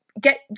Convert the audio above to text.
Get